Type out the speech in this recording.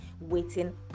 waiting